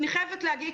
אני חייבת להגיד,